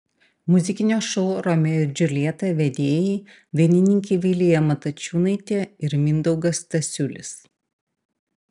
muzikinio šou romeo ir džiuljeta vedėjai dainininkė vilija matačiūnaitė ir mindaugas stasiulis